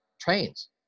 trains